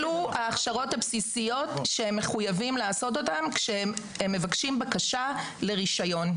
אלו ההכשרות הבסיסיות שהם מחויבים לעשות כשהם מבקשים בקשה לרישיון.